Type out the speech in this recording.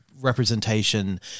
representation